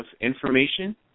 information